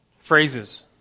phrases